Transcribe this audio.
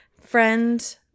Friend